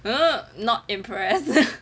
not impressed